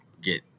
get